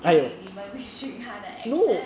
因为你们 restrict 它的 action